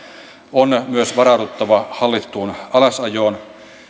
on myös varauduttava hallittuun alasajoon